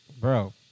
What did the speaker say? bro